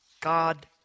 God